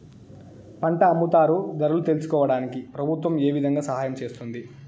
పంట అమ్ముతారు ధరలు తెలుసుకోవడానికి ప్రభుత్వం ఏ విధంగా సహాయం చేస్తుంది?